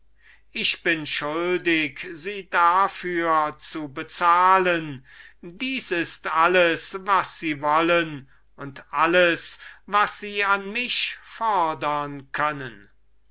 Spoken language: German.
ich bin schuldig sie dafür zu bezahlen das ist alles was sie wollen und alles was sie an mich fordern können